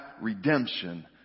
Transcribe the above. redemption